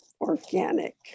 organic